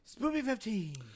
SPOOPY15